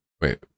wait